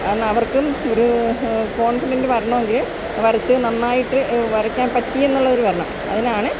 കാരണം അവർക്കും ഒരു കോൺഫിഡൻറ്റ് വരണമെങ്കില് വരച്ച് നന്നായിട്ട് വരയ്ക്കാൻ പറ്റിയെന്നുള്ളത് വരണം അതിലാണ്